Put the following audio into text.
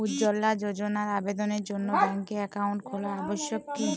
উজ্জ্বলা যোজনার আবেদনের জন্য ব্যাঙ্কে অ্যাকাউন্ট খোলা আবশ্যক কি?